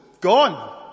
gone